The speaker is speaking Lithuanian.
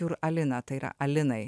fiur alina tai yra alinai